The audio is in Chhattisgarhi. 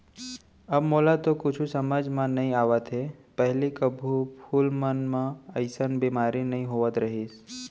अब मोला तो कुछु समझ म नइ आवत हे, पहिली कभू फूल मन म अइसन बेमारी नइ होत रहिस